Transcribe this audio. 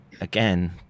again